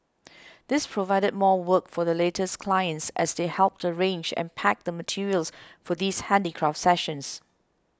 this provided more work for the latter's clients as they helped arrange and pack the materials for these handicraft sessions